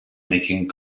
making